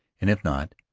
and if not,